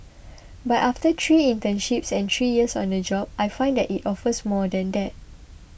but after three internships and three years on the job I find that it offers more than that